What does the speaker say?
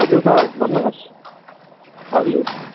हजुर सर भन्नुहोस् हजुर